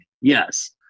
Yes